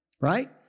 right